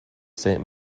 saint